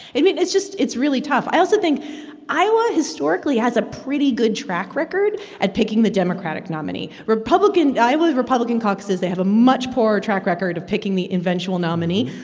i mean, it's just it's really tough. i also think iowa historically has a pretty good track record at picking the democratic nominee. republican iowa's republican caucuses they have a much poorer track record of picking the eventual nominee.